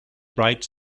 bright